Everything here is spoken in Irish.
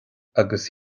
agus